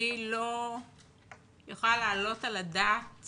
אני לא יכולה להעלות על הדעת